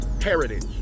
Heritage